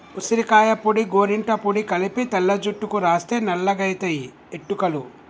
ఉసిరికాయ పొడి గోరింట పొడి కలిపి తెల్ల జుట్టుకు రాస్తే నల్లగాయితయి ఎట్టుకలు